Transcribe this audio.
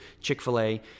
Chick-fil-A